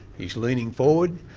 he's leaning forward,